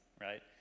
right